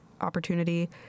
opportunity